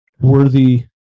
worthy